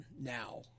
now